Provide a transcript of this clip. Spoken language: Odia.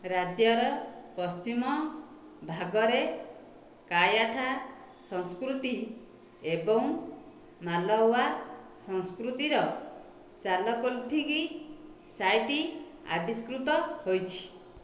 ରାଜ୍ୟର ପଶ୍ଚିମ ଭାଗରେ କାୟାଥା ସଂସ୍କୃତି ଏବଂ ମାଲୱା ସଂସ୍କୃତିର ଚାଲକୋଲିଥିକ୍ ସାଇଟ୍ ଆବିଷ୍କୃତ ହୋଇଛି